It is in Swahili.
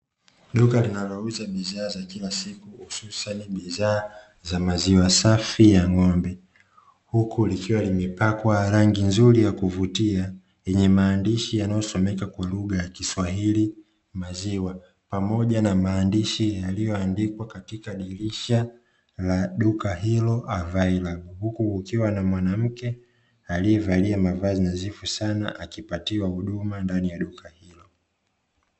Duka linalouza bidhaa za kila siku hususani bidhaa za maziwa safi ya ng'ombe, huku likiwa limepakwa rangi nzuri ya kuvutia yenye maandishi yanayosomeka kwa lugha ya kiswahili "maziwa" pamoja na maandishi yaliyoandikwa katika dirisha la duka hilo "Availa" huku kukiwa na mwanamke aliyevalia mavazi nadhifu sana akipatiwa huduma ndani ya duka hilo.